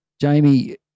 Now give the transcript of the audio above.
Jamie